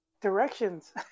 directions